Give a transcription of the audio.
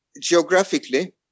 geographically